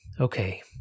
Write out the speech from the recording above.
Okay